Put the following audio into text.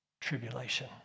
tribulation